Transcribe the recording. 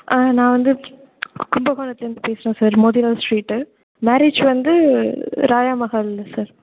நான் வந்து கும்பகோணத்துலேருந்து பேசுகிறோம் சார் மோதிலால் ஸ்ட்ரீட்டு மேரேஜ் வந்து ராயா மஹாலில் சார்